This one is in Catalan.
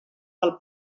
pel